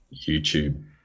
YouTube